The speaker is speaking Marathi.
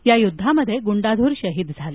या युद्धात गुंडाधूर शहीद झाले